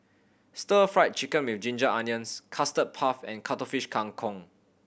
Stir Fried Chicken With Ginger Onions Custard Puff and Cuttlefish Kang Kong